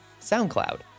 SoundCloud